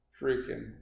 freaking